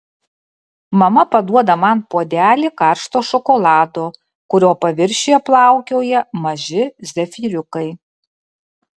mama paduoda man puodelį karšto šokolado kurio paviršiuje plaukioja maži zefyriukai